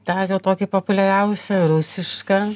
tą gal tokį populiariausią rusišką